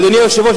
אדוני היושב-ראש,